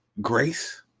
grace